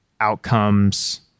outcomes